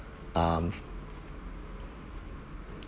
um